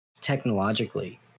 technologically